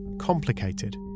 complicated